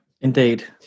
indeed